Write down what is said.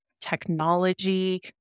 technology